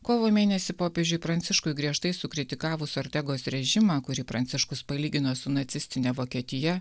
kovo mėnesį popiežiui pranciškui griežtai sukritikavus ortegos režimą kurį pranciškus palygino su nacistine vokietija